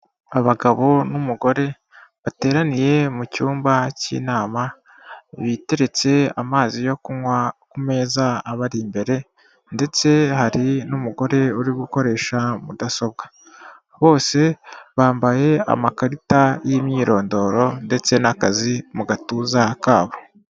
Abagabo n'umugore bateraniye mu cyumba cy'inama biteretse amazi yo kunywa ku meza abari imbere ndetse hari n'umugore uri gukoresha mudasobwa, bose bambaye amakarita y'imyirondoro ndetse n'akazi mu gatuza kabo.